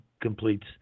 completes